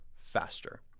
faster